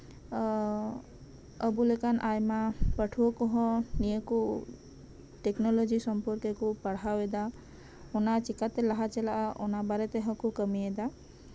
ᱟᱵᱚ ᱞᱮᱠᱟᱱ ᱟᱭᱢᱟ ᱯᱟᱹᱴᱷᱩᱣᱟᱹ ᱠᱚᱦᱚᱸ ᱱᱤᱭᱟᱹ ᱠᱚ ᱴᱮᱠᱱᱳᱞᱚᱡᱤ ᱥᱚᱢᱯᱚᱨᱠᱮ ᱠᱚ ᱯᱟᱲᱦᱟᱣᱮᱫᱟ ᱚᱱᱟ ᱪᱤᱠᱟᱹᱛᱮ ᱞᱟᱦᱟ ᱪᱟᱞᱟᱜᱼᱟ ᱚᱱᱟ ᱵᱟᱨᱮᱛᱮᱦᱚᱸ ᱠᱚ ᱠᱟᱢᱤᱭᱮᱫᱟ